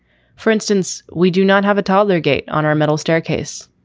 for instance, we do not have a toddler gate on our metal staircase.